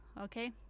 okay